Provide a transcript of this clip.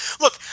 Look